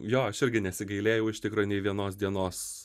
jo aš irgi nesigailėjau iš tikro nei vienos dienos